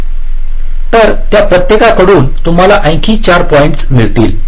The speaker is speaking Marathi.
तर त्या प्रत्येकाकडून तुम्हाला आणखी 4 पॉईंट्स मिळतील